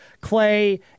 Clay